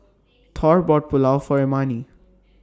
Thor bought Pulao For Imani